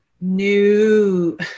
new